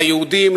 ליהודים,